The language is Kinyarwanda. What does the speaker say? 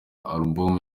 alubumu